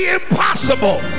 impossible